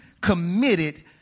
committed